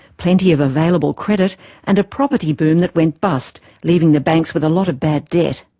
plenty of available credit and a property boom that went bust, leaving the banks with a lot of bad debt.